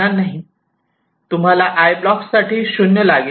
तुम्हाला 'I' block साठी 0 लागेल